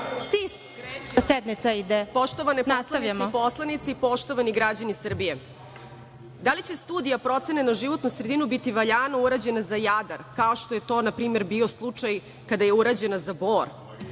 listi. **Dragana Rašić** Poslanice i poslanici, poštovani građani Srbije, da li će studija procene na životnu sredinu biti valjano urađena za Jadar, kao što je to na primer bio slučaj kada je urađena za Bor?